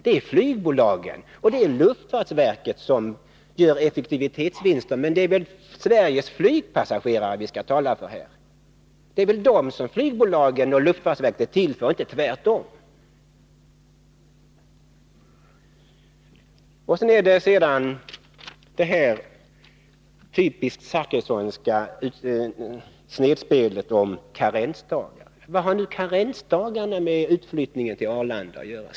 Det är flygbolagen och luftfartsverket som gör effektivitetsvinster. Men det är väl Sveriges flygpassagerare vi skall tala för här? Det är väl dem som flygbolagen och luftfartsverket är till för och inte tvärtom? Beträffande det typiskt Zachrissonska snedspelet om karensdagar: Vad har karensdagar med utflyttningen till Arlanda att göra?